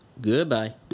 Goodbye